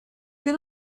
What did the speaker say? been